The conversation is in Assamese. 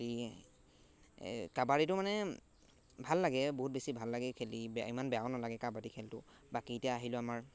কাবাডীটো মানে ভাল লাগে বহুত বেছি ভাল লাগে খেলি বে ইমান বেয়াও নালাগে কাবাডী খেলটো বাকী এতিয়া আহিলোঁ আমাৰ